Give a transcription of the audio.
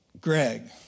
Greg